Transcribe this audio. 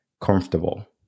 comfortable